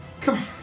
Come